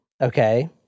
okay